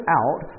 out